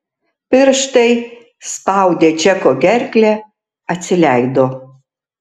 pirštai spaudę džeko gerklę atsileido